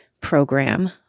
program